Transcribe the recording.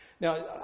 Now